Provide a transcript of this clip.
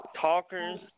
talkers